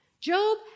Job